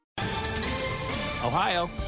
Ohio